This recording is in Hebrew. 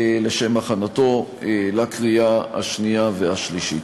לוועדת הפנים של הכנסת לשם הכנתו לקריאה שנייה ושלישית.